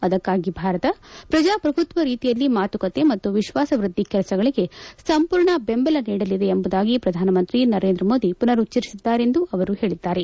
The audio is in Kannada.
ಅದಕ್ಕಾಗಿ ಭಾರತ ಪ್ರಜಾಪ್ರಭುತ್ವ ರೀತಿಯಲ್ಲಿ ಮಾತುಕತೆ ಮತ್ತು ವಿಶ್ವಾಸವೃದ್ಧಿ ಕೆಲಸಗಳಿಗೆ ಸಂಪೂರ್ಣ ಬೆಂಬಲ ನೀಡಲಿದೆ ಎಂಬುದಾಗಿ ಪ್ರಧಾನಮಂತ್ರಿ ನರೇಂದ್ರ ಮೋದಿ ಪುನರುಚ್ಛರಿಸಿದ್ದಾರೆ ಎಂದು ಅವರು ಹೇಳಿದ್ದಾರೆ